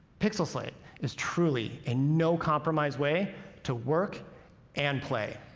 pixel slate is truly a no-compromise way to work and play.